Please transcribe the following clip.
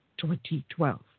2012